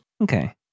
Okay